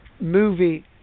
movie